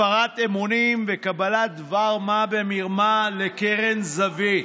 הפרת אמונים וקבלת דבר-מה במרמה לקרן זווית,